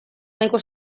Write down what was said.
nahiko